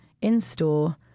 in-store